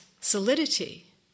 solidity